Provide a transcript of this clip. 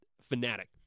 fanatic